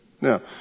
Now